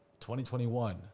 2021